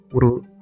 Uru